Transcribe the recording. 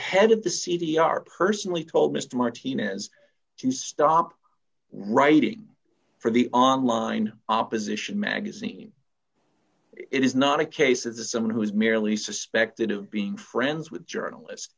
head of the c d r personally told mr martinez to stop writing for the online opposition magazine it is not a case of the someone who is merely suspected of being friends with journalist